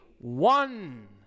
one